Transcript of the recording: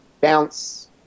bounce